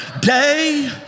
day